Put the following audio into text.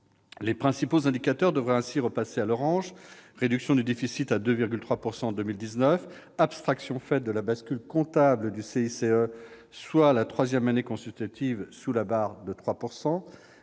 Les principaux indicateurs devraient ainsi repasser à l'orange : réduction du déficit à 2,3 % du PIB en 2019, abstraction faite de la bascule comptable du CICE, soit la troisième année consécutive sous la barre des 3